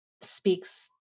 speaks